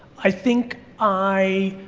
i think i,